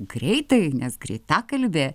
greitai nes greitakalbė